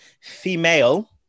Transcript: female